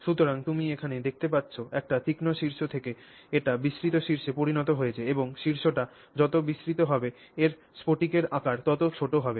সুতরাং তুমি এখানে দেখতে পাচ্ছ একটি তীক্ষ্ণ শীর্ষ থেকে এটি বিস্তৃত শীর্ষে পরিণত হয়েছে এবং শীর্ষটি যত বিস্তৃত হবে এর স্ফটিকের আকার তত ছোট হবে